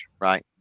right